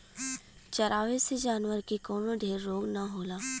चरावे से जानवर के कवनो ढेर रोग ना होला